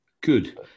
Good